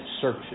search